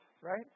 right